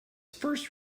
first